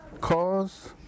cause